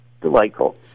delightful